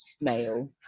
male